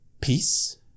Peace